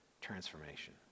transformation